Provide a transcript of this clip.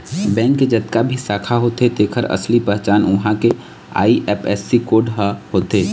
bank के जतका भी शाखा होथे तेखर असली पहचान उहां के आई.एफ.एस.सी कोड ह होथे